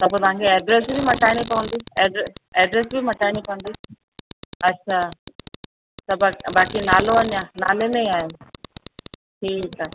त पोइ तव्हां खे एड्रस बि मटाइणी पवंदी एड एड्रस बि मटाइणी पवंदी अच्छा त ब बाक़ी नालो अञा नाले में ई आहे ठीकु आहे